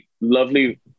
lovely